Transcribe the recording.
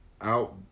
out